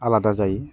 आलादा जायो